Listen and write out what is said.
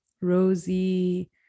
rosy